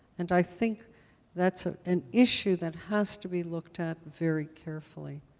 and i think that's ah an issue that has to be looked at very carefully.